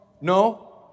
No